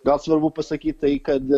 gal svarbu pasakyt tai kad